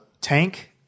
Tank